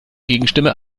gegenstimme